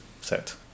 set